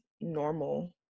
normal